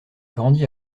grandit